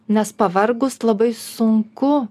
nes pavargus labai sunku